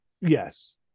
Yes